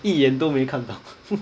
一眼都没看到